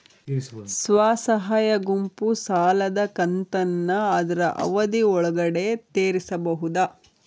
ಸ್ವಸಹಾಯ ಗುಂಪು ಸಾಲದ ಕಂತನ್ನ ಆದ್ರ ಅವಧಿ ಒಳ್ಗಡೆ ತೇರಿಸಬೋದ?